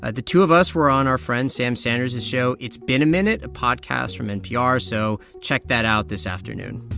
ah the two of us were on our friend sam sanders' show it's been a minute, a podcast from npr. so check that out this afternoon